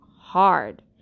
hard